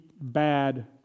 bad